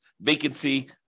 vacancy